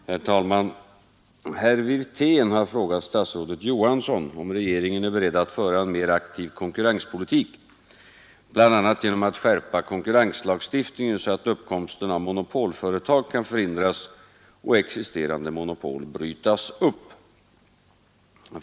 Herr talman! Herr Wirtén har frågat statsrådet Johansson om regeringen är beredd att föra en mer aktiv konkurrenspolitik bl.a. genom att skärpa konkurrenslagstiftningen så att uppkomsten av monopolföretag kan förhindras och existerande monopol brytas upp.